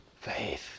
faith